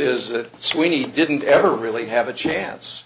that sweeney didn't ever really have a chance